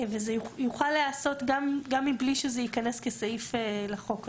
וזה יוכל להיעשות גם מבלי שזה ייכנס כסעיף לחוק הזה.